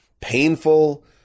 painful